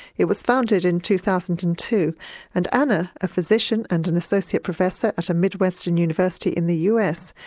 it was founded in two thousand and two and anna, a physician and an associate professor at a midwestern university in the us,